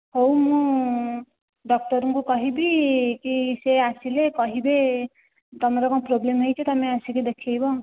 ହେଉ ମୁଁ ଡକ୍ଟରଙ୍କୁ କହିବି କି ସେ ଆସିଲେ କହିବେ ତୁମର କ'ଣ ପ୍ରୋବ୍ଲେମ ହୋଇଛି ତୁମେ ଆସିକି ଦେଖାଇବ